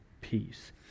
peace